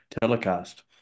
telecast